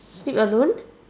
sleep alone